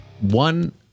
One